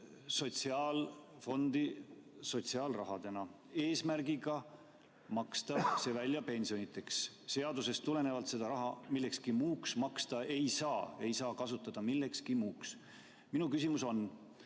sotsiaalfondi sotsiaalrahana eesmärgiga maksta see välja pensionideks. Seadusest tulenevalt seda raha millekski muuks maksta ei saa, seda ei saa kasutada millekski muuks. Minu küsimus on: